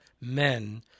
men